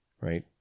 right